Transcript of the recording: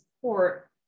support